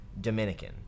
Dominican